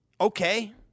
okay